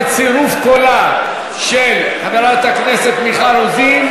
בצירוף הקול של חברת הכנסת מיכל רוזין,